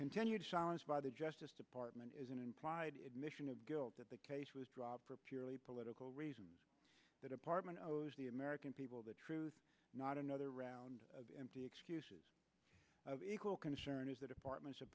continued challenge by the justice department is an implied admission of guilt that the case was dropped for purely political reasons that apartment the american people the truth not another round of empty excuses of equal concern is that apartments